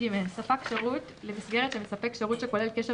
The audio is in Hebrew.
" ספק שירות למסגרת שמספק שירות שכולל קשר